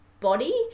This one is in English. body